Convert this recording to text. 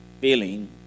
feeling